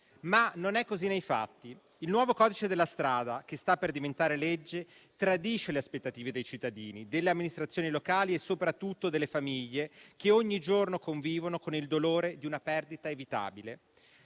ma non è così nei fatti. Il nuovo codice della strada che sta per diventare legge tradisce le aspettative dei cittadini, delle amministrazioni locali e soprattutto delle famiglie che ogni giorno convivono con il dolore di una perdita evitabile.